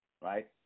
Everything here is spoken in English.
right